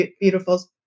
beautiful